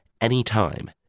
anytime